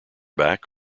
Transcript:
back